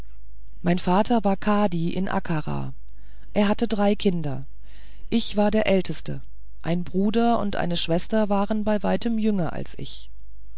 mein vater war kadi in akara er hatte drei kinder ich war der älteste ein bruder und eine schwester waren bei weitem jünger als ich